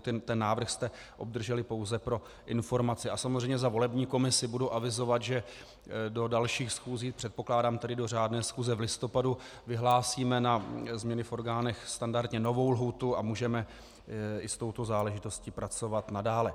Ten návrh jste obdrželi pouze pro informaci a samozřejmě za volební komisi budu avizovat, že do dalších schůzí, předpokládám tedy do řádné schůze v listopadu, vyhlásíme na změny v orgánech standardně novou lhůtu a můžeme i s touto záležitostí pracovat nadále.